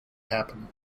happen